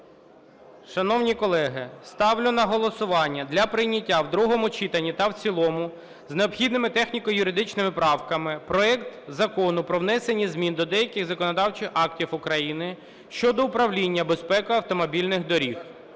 Шановні колеги, ставлю на голосування для прийняття в другому читанні та в цілому з необхідними техніко-юридичними правками проект Закону про внесення змін до деяких законодавчих актів України щодо управління безпекою автомобільних доріг